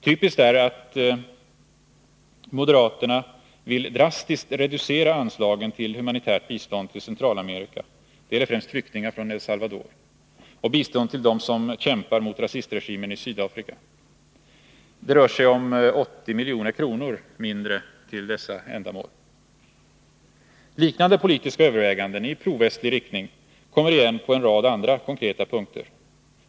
Typiskt är att moderaterna vill drastiskt reducera anslagen till humanitärt bistånd till Centralamerika — det gäller främst flyktingar från El Salvador — och bistånd till dem som kämpar mot rasistregimen i Sydafrika. Det rör sig om 80 milj.kr. mindre till dessa ändamål. Liknande politiska överväganden — i provästlig riktning — kommer igen på en rad andra konkreta punkter.